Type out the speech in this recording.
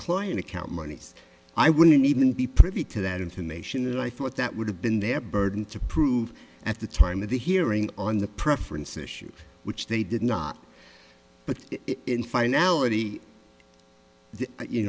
client account monies i wouldn't even be privy to that information and i thought that would have been their burden to prove at the time of the hearing on the preference issue which they did not but in finality